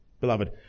Beloved